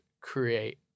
create